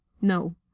No